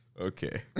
Okay